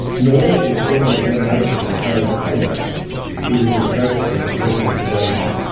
nor is a general examination of crown's conduct within the scope of the present litigation.